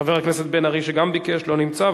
חבר הכנסת בן-ארי, שגם ביקש, לא נמצא.